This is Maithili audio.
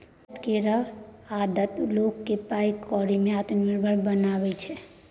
बचत केर आदत लोक केँ पाइ कौड़ी में आत्मनिर्भर बनाबै छै